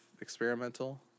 experimental